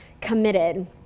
committed